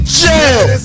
jail